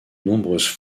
nombreuses